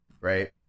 Right